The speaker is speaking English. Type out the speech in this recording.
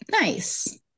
nice